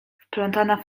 wplątana